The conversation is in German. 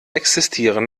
existieren